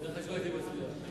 ההצעה להעביר את הצעת חוק הבנקאות (רישוי)